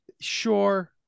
sure